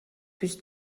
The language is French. plus